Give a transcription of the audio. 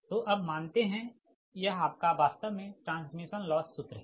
तो अब मानते है यह आपका वास्तव में ट्रांसमिशन लॉस सूत्र है